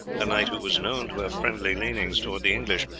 a knight who was known to have friendly leanings towards the english,